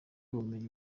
ubumenyi